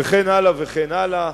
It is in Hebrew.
וכן הלאה וכן הלאה.